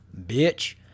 bitch